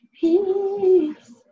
Peace